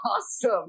awesome